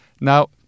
Now